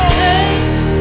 thanks